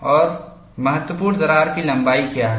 और महत्वपूर्ण दरार की लंबाई क्या है